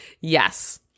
Yes